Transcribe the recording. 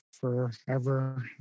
forever